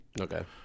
Okay